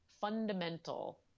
fundamental